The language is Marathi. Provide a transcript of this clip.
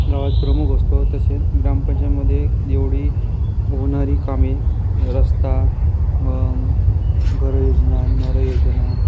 गावात प्रमुख असतो तसे ग्रामपंचायतमध्ये एवढी होणारी कामे रस्ता घर योजना नळ योजना